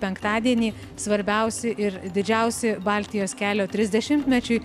penktadienį svarbiausi ir didžiausi baltijos kelio trisdešimtmečiui